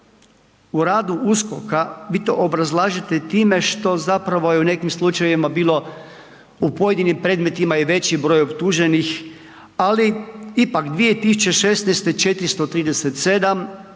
u radu USKOK-a, vi to obrazlažete time što zapravo je u nekim slučajevima bilo u pojedinim predmetima i veći broj optuženih, ali ipak 2016. 437